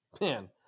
Man